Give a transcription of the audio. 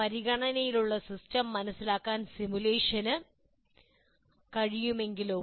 പരിഗണനയിലുള്ള സിസ്റ്റം മനസിലാക്കാൻ സിമുലേഷൻ ചെയ്യാൻ കഴിയുമെങ്കിലോ